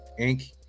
Inc